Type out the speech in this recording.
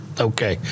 Okay